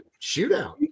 Shootout